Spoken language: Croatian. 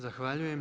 Zahvaljujem.